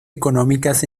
económicas